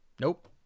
nope